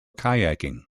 kayaking